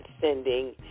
sending